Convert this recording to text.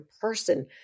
person